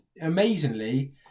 amazingly